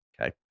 Okay